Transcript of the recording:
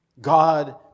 God